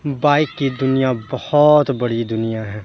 bike کی دُنیا بہت بڑی دُنیا ہے